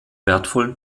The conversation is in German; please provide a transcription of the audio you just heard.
wertvollen